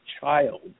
child